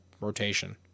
rotation